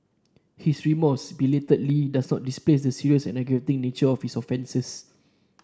his remorse belatedly does not displace the serious and aggravating nature of his offences